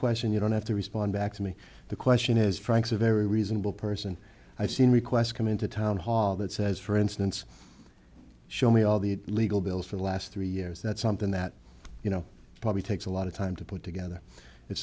question you don't have to respond back to me the question is frank's a very reasonable person i've seen requests come into town hall that says for instance show me all the legal bills for the last three years that's something that you know probably takes a lot of time to put together if